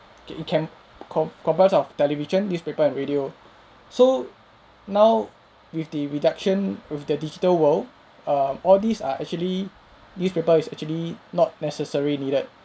get you can com~ compare to of television newspaper and radio so now with the reduction of the digital world err all these are actually newspaper is actually not necessary needed